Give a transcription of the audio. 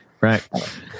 Right